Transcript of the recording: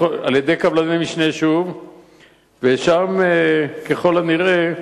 על-ידי קבלני משנה שוב, ושם ככל הנראה